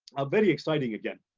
ah very exciting again.